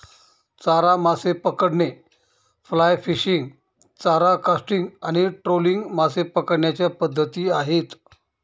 चारा मासे पकडणे, फ्लाय फिशिंग, चारा कास्टिंग आणि ट्रोलिंग मासे पकडण्याच्या पद्धती आहेत